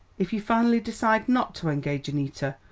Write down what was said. if you finally decide not to engage annita,